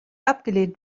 abgelehnt